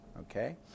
Okay